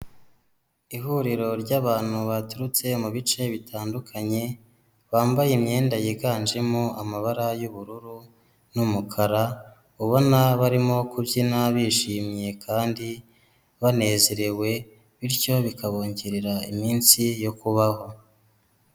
Ihuriro ry'abantu baturutse mu bice bitandukanye, bambaye imyenda yiganjemo amabara y'ubururu n'umukara, ubona barimo kubyina bishimye kandi banezerewe bityo bikabongerera iminsi yo kubaho.